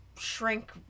shrink